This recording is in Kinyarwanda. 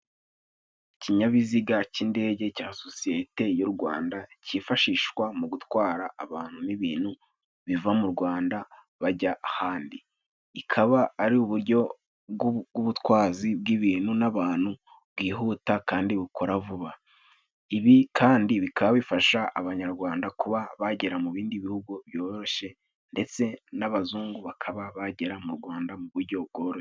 Ikinyabiziga cy'indege cya sosiyete y'u Rwanda cyifashishwa mu gutwara abantu n'ibintu, biva mu Rwanda bajya ahandi. Bikaba ari uburyo bw'ubutwazi bw'ibintu n'abantu bwihuta kandi bukora vuba. Ibi kandi bikaba bifasha abanyarwanda kuba bagera mu bindi bihugu byoroshye ndetse n'abazungu bakaba bagera mu Rwanda mu buryo bworoshye.